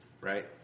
right